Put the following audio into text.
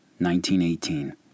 1918